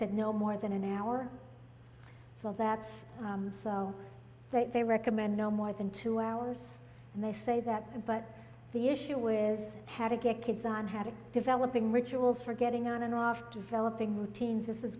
said no more than an hour well that's so that they recommend no more than two hours and they say that but the issue with had to get kids on how to developing rituals for getting on and off developing routines is